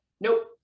Nope